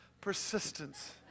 persistence